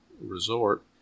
Resort